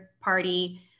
party